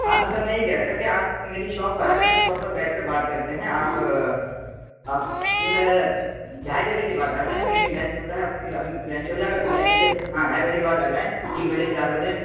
ہاں تو سر میں یہ کہہ رہا تھا کہ آپ میری شاپ پر آ جائیں پھر شاپ پر بیٹھ کر بات کرتے ہیں آپ آپ جو ہے ڈھائی بجے کے بعد آ جائیں کیوںکہ لنچ ہوتا ہے پھر ابھی لنچ ہو جائے گا پھر لنچ کے ہاں ڈھائی بجے کے بعد آ جائیں تین بجے چار بجے